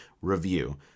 review